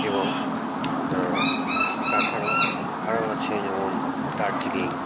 এবং তাছাড়াও আরও আছে যেমন দার্জিলিং